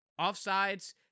offsides